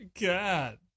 God